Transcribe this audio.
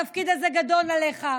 התפקיד הזה גדול עליך,